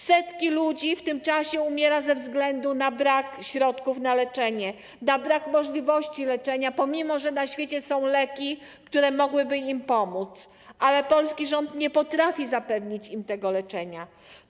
Setki ludzi w tym czasie umiera ze względu na brak środków na leczenie, na brak możliwości leczenia, pomimo że na świecie są leki, które mogłyby im pomóc, ale polski rząd nie potrafi im tego leczenia zapewnić.